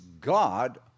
God